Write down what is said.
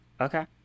Okay